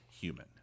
Human